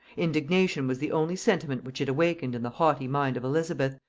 indignation was the only sentiment which it awakened in the haughty mind of elizabeth,